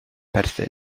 perthyn